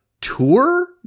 tour